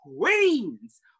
queens